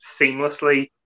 seamlessly